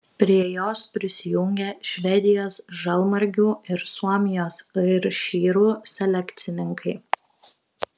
prie jos prisijungė švedijos žalmargių ir suomijos airšyrų selekcininkai